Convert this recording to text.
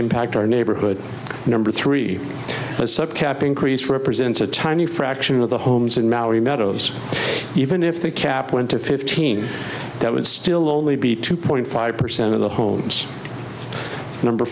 impact our neighborhood number three capping creased represents a tiny fraction of the homes in malibu meadows even if the cap went to fifteen that would still only be two point five percent of the homes number